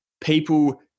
people